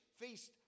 feast